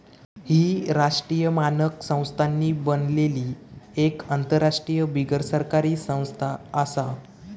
ही राष्ट्रीय मानक संस्थांनी बनलली एक आंतरराष्ट्रीय बिगरसरकारी संस्था आसा